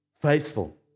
faithful